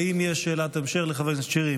האם יש שאלת המשך לחבר הכנסת שירי?